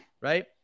Right